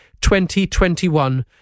2021